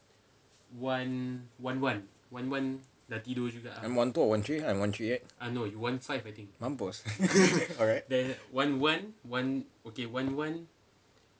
I wan two or wan three I wan three right mampus alright